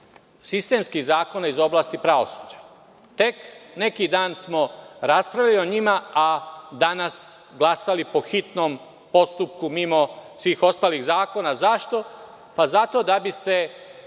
sistemskih zakona iz oblasti pravosuđa. Tek neki dan smo raspravljali o njima, a danas glasali po hitnom postupku mimo svih ostalih zakona. Zašto? Zato da bi se